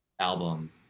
album